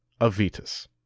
Avitus